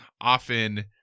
often